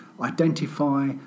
identify